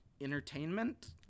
entertainment